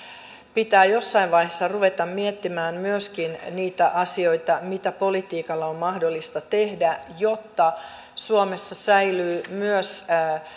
pitää jossain vaiheessa ruveta miettimään myöskin niitä asioita mitä politiikalla on mahdollista tehdä jotta suomessa säilyy myös